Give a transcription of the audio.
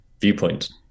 viewpoint